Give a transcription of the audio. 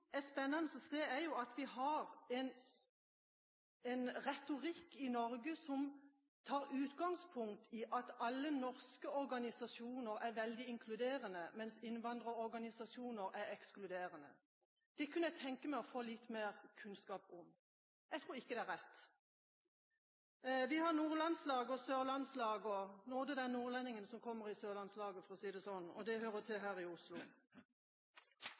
tar utgangspunkt i at alle norske organisasjoner er veldig inkluderende, mens innvandrerorganisasjoner er ekskluderende. Det kunne jeg tenke meg å få litt mer kunnskap om. Jeg tror ikke det er rett. Vi har nordlandslag og sørlandslag, og nåde den nordlendingen som kommer i sørlandslaget, for å si det sånn – og det hører til her i Oslo.